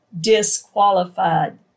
disqualified